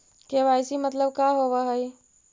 KYC मतलब का होव हइ?